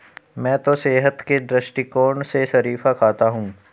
मैं तो सेहत के दृष्टिकोण से शरीफा खाता हूं